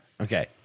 Okay